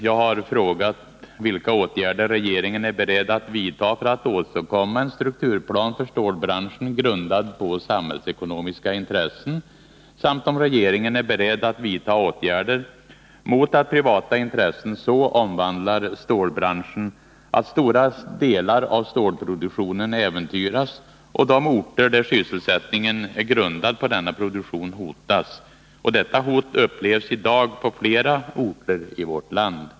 Jag har frågat vilka åtgärder regeringen är beredd att vidta för att åstadkomma en strukturplan för stålbranschen, grundad på samhällsekonomiska intressen, samt om regeringen är beredd att vidta åtgärder mot att privata intressen så omvandlar stålbranschen, att stora delar av stålproduktionen äventyras och de orter där sysselsättningen är grundad på denna produktion hotas. Detta hot upplevs i dag på flera orter i vårt land.